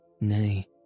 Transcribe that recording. Nay